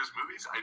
movies